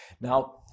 Now